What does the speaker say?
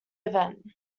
event